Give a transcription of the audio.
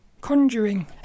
conjuring